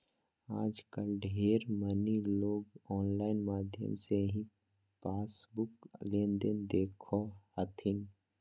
आजकल ढेर मनी लोग आनलाइन माध्यम से ही पासबुक लेनदेन देखो हथिन